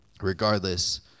Regardless